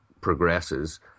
progresses